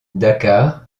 dakar